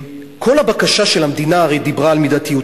כל הבקשה של המדינה הרי דיברה על מידתיות.